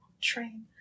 train